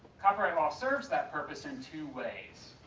copyright ah serves that purpose in two ways.